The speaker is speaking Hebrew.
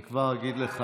אני כבר אגיד לך.